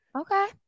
okay